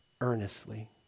earnestly